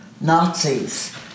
Nazis